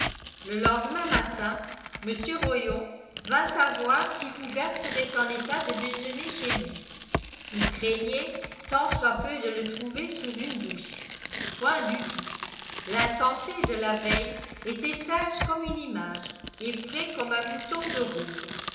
le lendemain matin mr rollon vint savoir si fougas serait en état de déjeuner chez lui il craignait tant soit peu de le trouver sous une douche point du tout l'insensé de la veille était sage comme une image et frais comme un bouton de rose